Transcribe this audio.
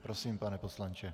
Prosím, pane poslanče.